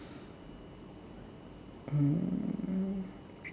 mm